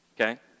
Okay